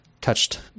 touched